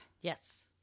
yes